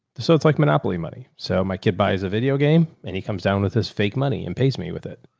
so it's like monopoly money. so my kid buys a video game and he comes down with his fake money and pays me with it.